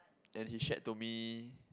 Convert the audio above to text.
and he shared to me